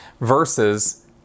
versus